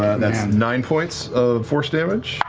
and that's nine points of force damage,